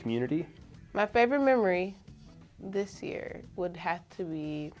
community my favorite memory this year would have to be